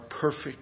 perfect